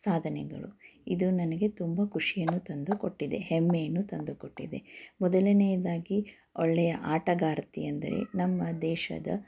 ಸಾಧನೆಗಳು ಇದು ನನಗೆ ತುಂಬ ಖುಷಿಯನ್ನು ತಂದು ಕೊಟ್ಟಿದೆ ಹೆಮ್ಮೆಯನ್ನು ತಂದು ಕೊಟ್ಟಿದೆ ಮೊದಲನೆಯದಾಗಿ ಒಳ್ಳೆಯ ಆಟಗಾರ್ತಿ ಎಂದರೆ ನಮ್ಮ ದೇಶದ